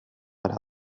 era